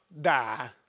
die